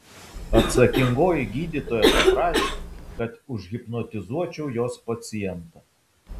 atsakingoji gydytoja paprašė kad užhipnotizuočiau jos pacientą